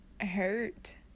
hurt